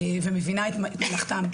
ומבינה את מלאכתם,